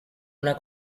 una